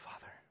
Father